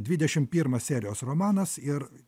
dvidešim pirmas serijos romanas ir